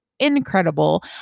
Incredible